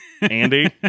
Andy